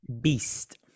Beast